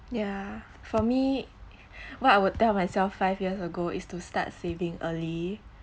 yeah uh for me what I would tell myself five years ago is to start saving early